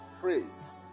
phrase